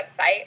website